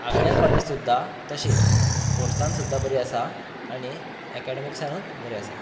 आगनेल college सुद्दां तशीच स्पोर्टसान सुद्दां बरी आसा आनी एकॅडमिक्सानूय बरी आसा